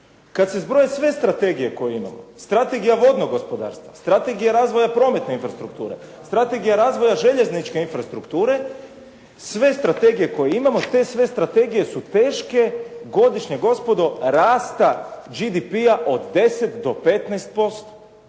Kada se zbroje sve strategije koje imamo Strategija vodnog gospodarstva, Strategija razvoja prometne infrastrukture, Strategija razvoja željezničke infrastrukture sve strategije koje imamo, sve te strategije su teške godišnje gospodo rasta GDP od 10 do 15%.